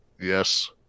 Yes